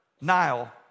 nile